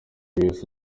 wese